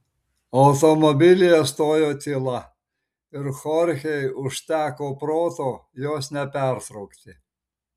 automobilyje stojo tyla ir chorchei užteko proto jos nepertraukti